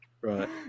Right